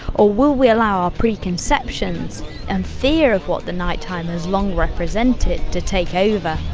ah will we allow our preconceptions and fear of what the night-time has long represented to take over?